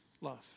Love